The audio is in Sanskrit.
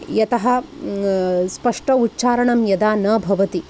यतः स्पष्टौ उच्चारणं यदा न भवति